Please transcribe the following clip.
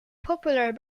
popular